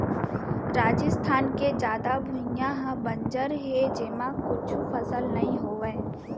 राजिस्थान के जादा भुइयां ह बंजर हे जेमा कुछु फसल नइ होवय